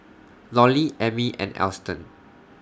Lollie Emmy and Alston